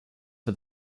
for